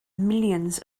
millions